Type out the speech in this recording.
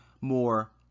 more